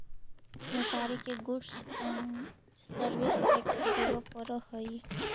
व्यापारि के goods and service tax देवे पड़ऽ हई